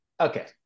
okay